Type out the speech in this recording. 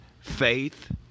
faith